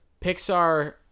Pixar